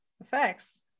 effects